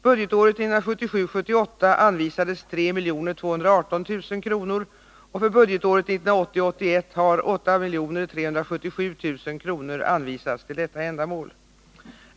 Budgetåret 1977 81 har 8 377 000 kr. anvisats till detta ändamål.